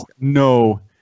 no